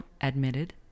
Admitted